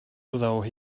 though